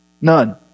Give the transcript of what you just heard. None